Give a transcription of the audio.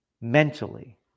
mentally